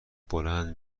بلند